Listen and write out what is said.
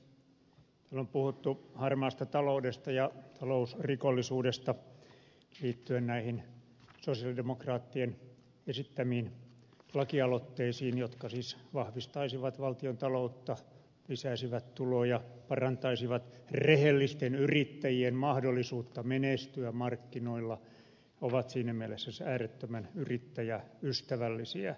täällä on puhuttu harmaasta taloudesta ja talousrikollisuudesta liittyen näihin sosialidemokraattien esittämiin lakialoitteisiin jotka siis vahvistaisivat valtion taloutta lisäisivät tuloja parantaisivat rehellisten yrittäjien mahdollisuutta menestyä markkinoilla ja ovat siinä mielessä siis äärettömän yrittäjäystävällisiä